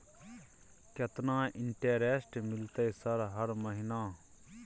केतना इंटेरेस्ट मिलते सर हर महीना?